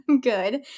good